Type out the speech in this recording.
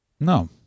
No